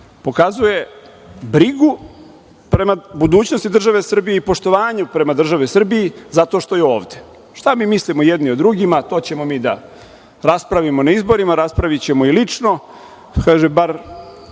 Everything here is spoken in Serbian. pokazuje brigu prema budućnosti države Srbije i poštovanje prema državi Srbiji zato što je ovde. Šta mi mislimo jedni od drugima to ćemo mi da raspravimo na izborima, raspravićemo i lično, kažem bar